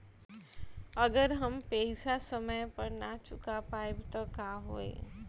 अगर हम पेईसा समय पर ना चुका पाईब त का होई?